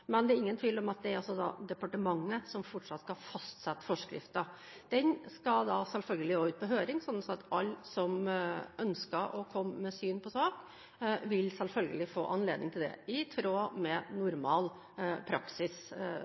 Men det er ingen tvil om at det er departementet som fortsatt skal fastsette forskriften. Den skal selvfølgelig også ut på høring, sånn at alle som ønsker å komme med syn på saken, selvfølgelig vil få anledning til det – i tråd med normal praksis,